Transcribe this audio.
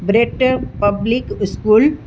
brit public school